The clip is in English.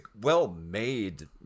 well-made